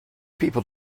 people